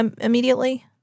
immediately